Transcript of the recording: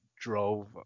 drove